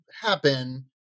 happen